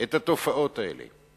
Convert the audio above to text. את התופעות האלה.